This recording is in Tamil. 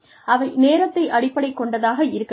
அவை நேரத்தை அடிப்படையாக கொண்டதாக இருக்க வேண்டும்